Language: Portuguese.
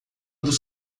dos